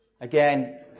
Again